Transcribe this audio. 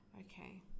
Okay